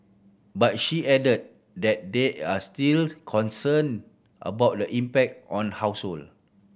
but she added that there are still concern about the impact on household